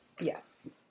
Yes